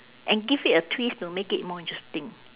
and give it a twist to make it more interesting